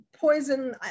poison